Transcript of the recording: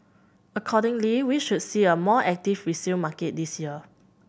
accordingly we should see a more active resale market this year